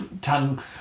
tongue